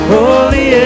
Holy